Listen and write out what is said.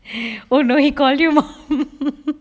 oh no he called you mom